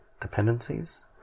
dependencies